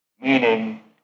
Meaning